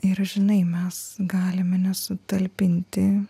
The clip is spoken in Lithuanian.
ir žinai mes galime nesutalpinti